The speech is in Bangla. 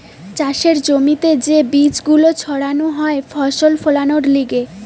চাষের জমিতে যে বীজ গুলো ছাড়ানো হয় ফসল ফোলানোর লিগে